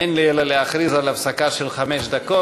אין לי אלא להכריז על הפסקה של חמש דקות.